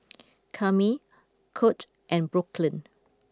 Kami Kurt and Brooklynn